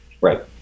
Right